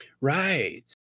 right